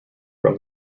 from